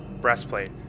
breastplate